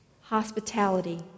hospitality